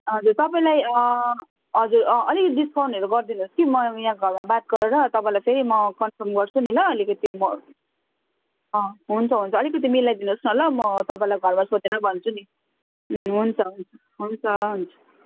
हजुर तपाईँलाई हजुर अलिकति डिस्काउन्टहरू गरिदिनु होस् कि म यहाँ घरमा बात गरेर तपाईँलाई फेरि म कन्फर्म गर्छु नि ल अलिकति म हुन्छ हुन्छ अलिकति मिलाइदिनु होस् न ल म तपाईँलाई घरमा सोधेर भन्छु नि हुन्छ हुन्छ हुन्छ हुन्छ